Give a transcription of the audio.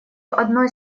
одной